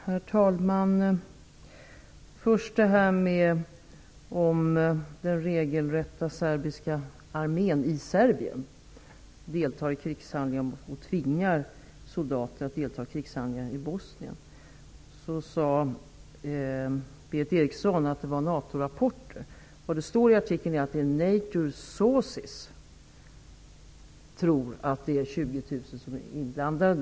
Herr talman! Vad först beträffar frågan om den regelrätta serbiska armen i Serbien deltar i krigshandlingar och tvingar soldater att delta i krigshandlingar i Bosnien sade Berith Eriksson att uppgifterna kom från NATO-rapporter. I artikeln hänvisas dock till att ''NATO sources'' tror att 20 000 är inblandade.